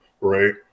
Right